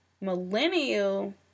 millennial